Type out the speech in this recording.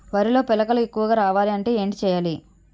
వరిలో పిలకలు ఎక్కువుగా రావాలి అంటే ఏంటి చేయాలి?